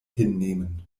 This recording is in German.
hinnehmen